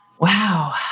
Wow